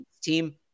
Team